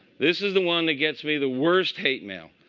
this is the one that gets me the worst hate mail.